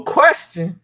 question